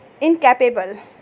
Incapable